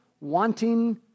wanting